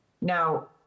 Now